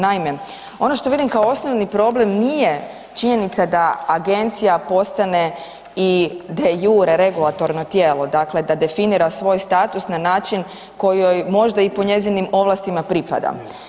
Naime, ono što vidim kao osnovni problem nije činjenica da Agencija postane i de jure regulatorno tijelo, dakle da definira svoj status na način koji joj možda i po njezinim ovlastima pripada.